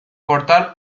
portal